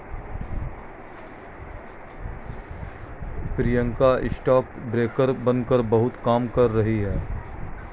Priyanka stock broker बनकर बहुत कमा रही है